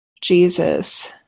Jesus